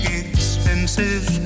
expensive